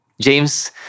James